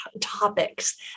topics